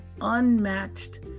unmatched